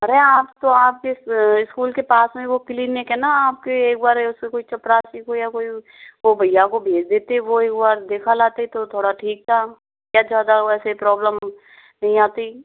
अरे आप तो आप इस स्कूल के पास में वो क्लिनिक है ना आपके एक बार उसे कोई चपरासी को या कोई वो भैया को भेज देते वो एक बार दिखा लाते तो थोड़ा ठीक था ज़्यादा वैसे प्रॉब्लम नहीं आती